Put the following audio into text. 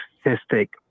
statistic